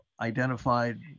identified